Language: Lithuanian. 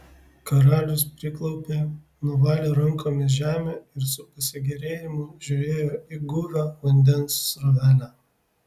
karalius priklaupė nuvalė rankomis žemę ir su pasigėrėjimu žiūrėjo į guvią vandens srovelę